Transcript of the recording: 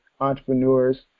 entrepreneurs